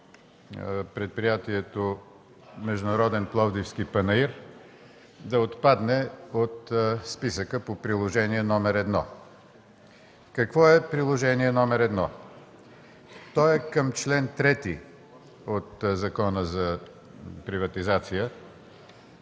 предприятието „Международен пловдивски панаир” да отпадне от списъка по Приложение № 1. Какво е Приложение № 1? То е към чл. 3 от Закона за приватизация,